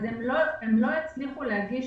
הם לא יצליחו להגיש